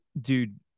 Dude